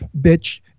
bitch